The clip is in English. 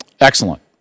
Excellent